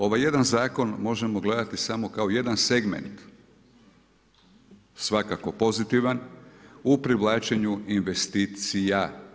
Ovaj jedan zakon možemo gledati samo kao jedan segment svakako pozitivan u privlačenju investicija.